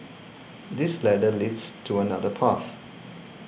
this ladder leads to another path